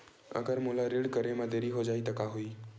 अगर मोला ऋण करे म देरी हो जाहि त का होही?